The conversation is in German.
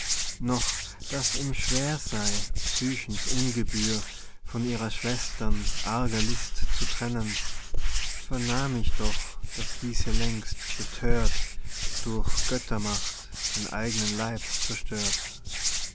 noch daß ihm schwer sei psychens ungebühr von ihrer schwestern arger list zu trennen vernahm ich doch daß diese längst bethört durch göttermacht den eignen leib zerstört